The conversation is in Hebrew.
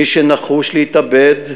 מי שנחוש להתאבד,